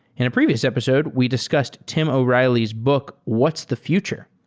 in a previous episode, we discussed tim o'reilly's book what's the future.